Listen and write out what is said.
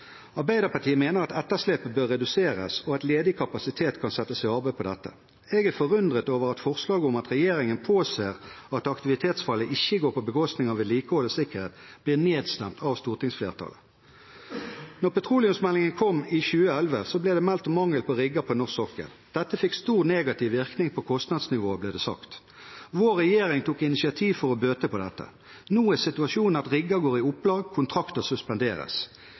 Arbeiderpartiet mener at etterslepet bør reduseres, og at ledig kapasitet kan settes i arbeid på dette. Jeg er forundret over at forslaget om at regjeringen påser at aktivitetsfallet ikke går på bekostning av vedlikehold og sikkerhet, ble nedstemt av stortingsflertallet. Da petroleumsmeldingen kom i 2011, ble det meldt om mangel på rigger på norsk sokkel. Dette fikk stor negativ virkning på kostnadsnivået, ble det sagt. Vår regjering tok initiativ for å bøte på dette. Nå er situasjonen at rigger går i opplag, og at kontrakter suspenderes.